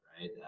right